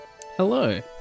Hello